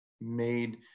made